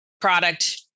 product